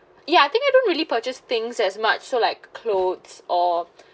ya I think I don't really purchase things as much so like clothes or